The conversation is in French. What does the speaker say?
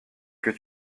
que